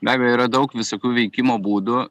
be abejo yra daug visokių veikimo būdų